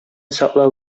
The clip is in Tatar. саклау